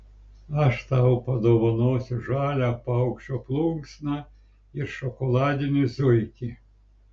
aš tau padovanosiu žalią paukščio plunksną ir šokoladinį zuikį